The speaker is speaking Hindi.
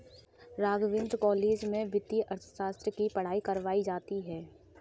राघवेंद्र कॉलेज में वित्तीय अर्थशास्त्र की पढ़ाई करवायी जाती है